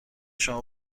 شما